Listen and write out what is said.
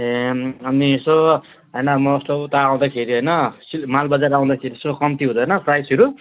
ए अनि यसो होइन म उसो उता आउँदाखेरि होइन मालबजार आउँदाखेरि यसो कम्ती हुँदैन प्राइजहरू